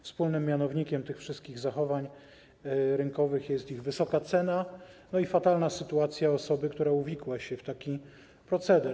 Wspólnym mianownikiem tych wszystkich zachowań rynkowych jest ich wysoka cena i fatalna sytuacja osoby, która uwikła się w taki proceder.